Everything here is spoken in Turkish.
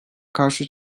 karşı